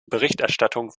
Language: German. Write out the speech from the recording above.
berichterstattung